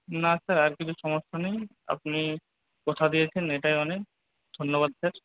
না স্যার আর কিছু সমস্যা নেই আপনি কথা দিয়েছেন এটাই অনেক ধন্যবাদ স্যার